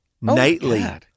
nightly